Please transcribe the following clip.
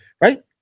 Right